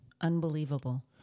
Unbelievable